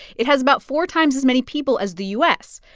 it has about four times as many people as the u s.